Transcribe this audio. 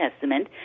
Testament